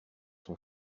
son